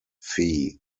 fee